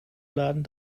laden